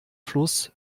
fluss